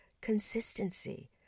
consistency